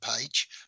page